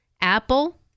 Apple